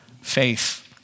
Faith